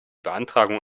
beantragung